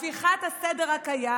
הפיכת הסדר הקיים: